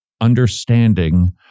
understanding